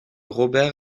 robert